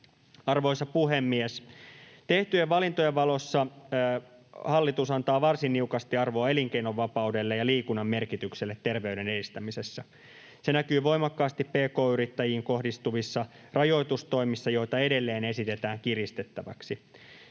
Arvoisa puhemies! Tehtyjen valintojen valossa hallitus antaa varsin niukasti arvoa elinkeinonvapaudelle ja liikunnan merkitykselle terveyden edistämisessä. Se näkyy voimakkaasti pk-yrittäjiin kohdistuvissa rajoitustoimissa, joita edelleen esitetään kiristettäviksi.